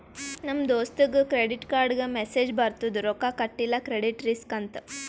ನಮ್ ದೋಸ್ತಗ್ ಕ್ರೆಡಿಟ್ ಕಾರ್ಡ್ಗ ಮೆಸ್ಸೇಜ್ ಬರ್ತುದ್ ರೊಕ್ಕಾ ಕಟಿಲ್ಲ ಕ್ರೆಡಿಟ್ ರಿಸ್ಕ್ ಅಂತ್